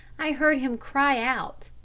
i heard him cry out,